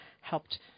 helped